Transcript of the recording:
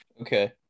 Okay